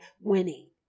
winning